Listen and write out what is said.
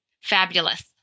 Fabulous